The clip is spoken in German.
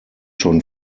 schon